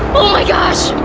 oh my gosh!